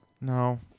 No